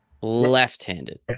Left-handed